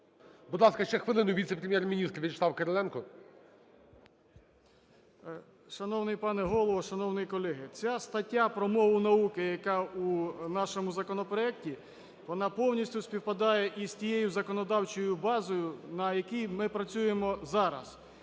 Будь ласка, ще хвилину - віце-прем'єр-міністр В'ячеслав Кириленко. 11:35:59 КИРИЛЕНКО В.А. Шановний пане Голово, шановні колеги! Ця стаття про мову науки, яка у нашому законопроекті, вона повністю співпадає із тією законодавчою базою, на якій ми працюємо зараз.